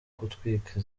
gutwika